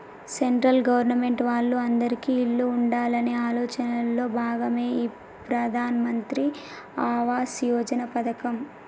central government వాళ్ళు అందిరికీ ఇల్లు ఉండాలనే ఆలోచనలో భాగమే ఈ ప్రధాన్ మంత్రి ఆవాస్ యోజన పథకం